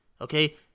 okay